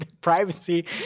privacy